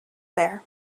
there